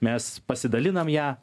mes pasidalinam ją